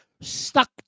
stuck